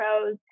pros